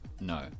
No